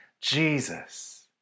Jesus